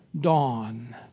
dawn